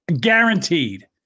guaranteed